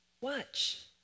Watch